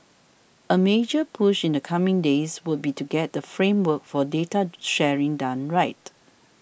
a major push in the coming days would be to get the framework for data sharing done right